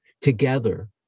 together